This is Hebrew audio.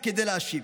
רק כדי להאשים.